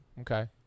Okay